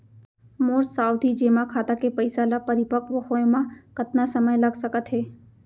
मोर सावधि जेमा खाता के पइसा ल परिपक्व होये म कतना समय लग सकत हे?